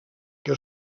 que